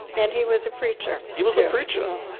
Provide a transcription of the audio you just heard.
and he was a preacher he was a preacher,